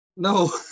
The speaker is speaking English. No